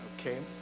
Okay